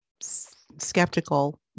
skeptical